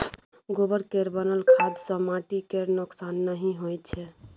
गोबर केर बनल खाद सँ माटि केर नोक्सान नहि होइ छै